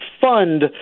fund